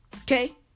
Okay